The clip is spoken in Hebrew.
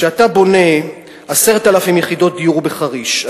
כשאתה בונה 10,000 יחידות דיור בחריש,